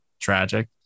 tragic